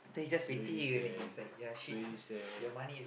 twenty cent twenty cent